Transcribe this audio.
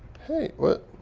hey, what?